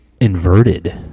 inverted